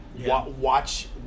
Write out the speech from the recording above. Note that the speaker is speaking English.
watch